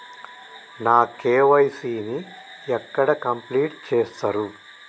నా కే.వై.సీ ని ఎక్కడ కంప్లీట్ చేస్తరు?